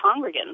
congregants